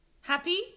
happy